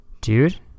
Dude